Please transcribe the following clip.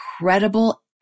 incredible